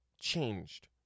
changed